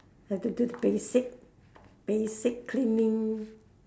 have to do the basic basic cleaning